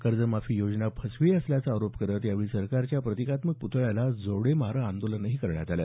कर्जमाफी योजना फसवी असल्याचा आरोप करत यावेळी सरकारच्या प्रतिकात्मक प्तळ्याला जोडे मारा आंदोलनही करण्यात आलं